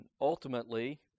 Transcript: ultimately